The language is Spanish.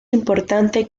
importante